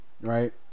right